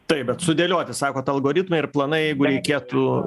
taip bet sudėlioti sakot algoritmai ir planai jeigu reikėtų